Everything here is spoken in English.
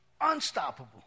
Unstoppable